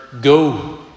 Go